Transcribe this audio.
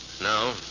No